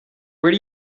where